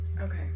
Okay